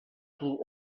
flew